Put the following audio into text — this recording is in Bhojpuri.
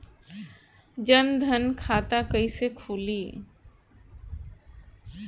जनधन खाता कइसे खुली?